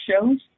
shows